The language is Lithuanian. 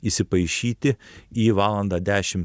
įsipaišyti į valandą dešim